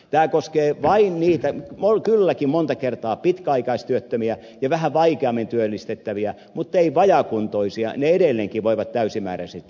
tämä koskee kylläkin monta kertaa pitkäaikaistyöttömiä ja vähän vaikeammin työllistettäviä mutta ei vajaakuntoisia heidän kustannuksensa voidaan edelleenkin maksaa täysimääräisesti